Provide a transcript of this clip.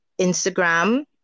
Instagram